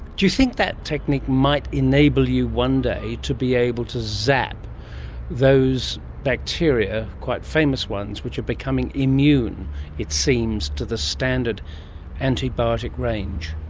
do you think that technique might enable you one day to be able to zap those bacteria, quite famous ones, which are becoming immune it seems to the standard antibiotic range?